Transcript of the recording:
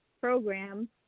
program